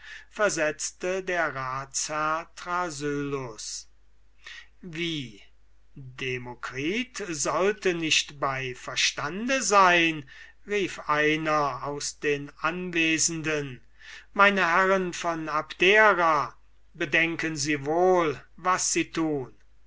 versetzte der ratsherr thrasyllus wie demokritus sollte nicht bei verstande sein rief einer aus den anwesenden meine herren von abdera bedenken sie wohl was sie tun